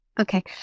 okay